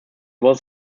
was